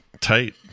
tight